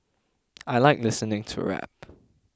I like listening to rap